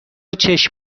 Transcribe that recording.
چشم